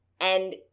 and-